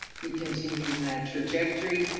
we continued in that trajectory.